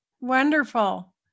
Wonderful